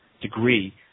degree